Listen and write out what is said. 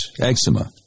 eczema